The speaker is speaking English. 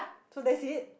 so that's it